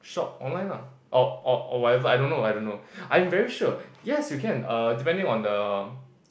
shop online lah or or whatever I don't know I don't know I'm very sure yes you can uh depending on the